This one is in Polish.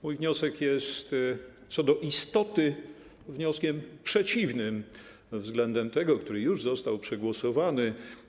Mój wniosek jest co do istoty wnioskiem przeciwnym do tego, który już został przegłosowany.